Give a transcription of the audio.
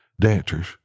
dancers